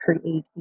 create